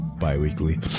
bi-weekly